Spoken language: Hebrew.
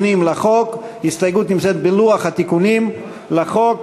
ההסתייגות נמצאת בלוח התיקונים לחוק.